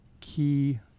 key